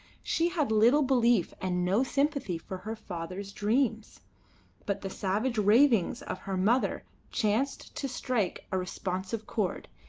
she had little belief and no sympathy for her father's dreams but the savage ravings of her mother chanced to strike a responsive chord,